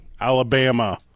Alabama